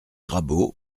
rabault